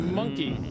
monkey